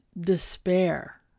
despair